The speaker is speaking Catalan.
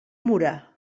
mura